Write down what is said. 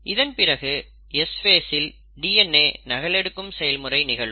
இதன்பிறகு S ஃபேசில் DNA நகலெடுக்கும் செயல்முறை நிகழும்